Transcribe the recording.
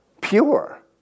pure